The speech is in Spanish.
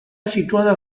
situada